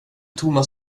thomas